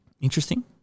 Interesting